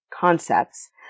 concepts